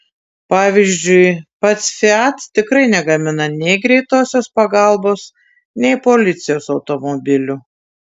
pavyzdžiui pats fiat tikrai negamina nei greitosios pagalbos nei policijos automobilių